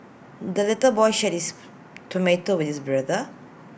the little boy shared his tomato with his brother